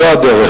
זו הדרך,